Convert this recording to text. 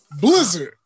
blizzard